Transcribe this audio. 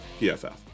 PFF